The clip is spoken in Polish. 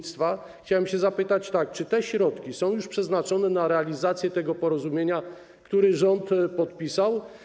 Chciałem się zapytać, czy te środki są już przeznaczone na realizację porozumienia, które rząd podpisał.